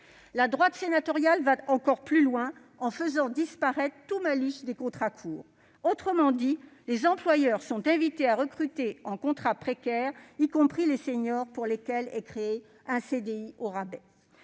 La droite sénatoriale va encore plus loin, en faisant disparaître tout malus pour les contrats courts. Autrement dit, les employeurs sont invités à recruter en contrat précaire, y compris les seniors, pour lesquels est créé un CDI au rabais.